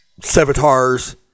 Sevatar's